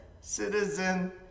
citizen